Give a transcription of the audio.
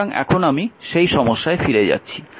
সুতরাং এখন আমি সেই সমস্যায় ফিরে যাচ্ছি